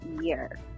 year